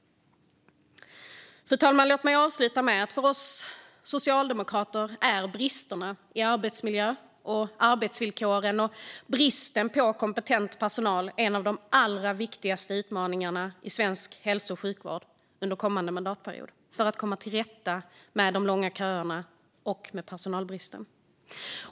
Fru talman! För oss socialdemokrater är att åtgärda bristerna när det gäller arbetsmiljö, arbetsvillkor och kompetent personal i svensk hälso och sjukvård en av de allra viktigaste utmaningarna under mandatperioden för att komma till rätta med de långa köerna och personalbristen.